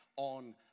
on